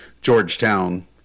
georgetown